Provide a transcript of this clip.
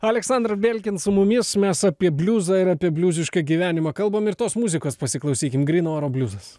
aleksandr belkin su mumis mes apie bliuzą ir apie bliuzišką gyvenimą kalbam ir tos muzikos pasiklausykim gryno oro bliuzas